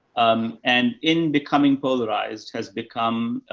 um, and in becoming polarized has become,